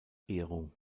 ehrung